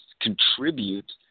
contribute